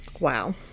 Wow